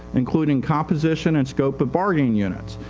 including composition and scope of bargaining units.